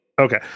Okay